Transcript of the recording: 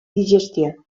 digestió